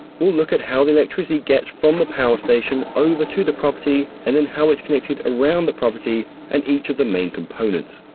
we'll look at how the electricity gets from the power station over to the property and then how it's connected around the property and each of the main components.